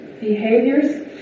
behaviors